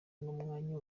n’umwanya